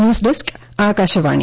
news desk Akashvani